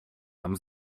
nam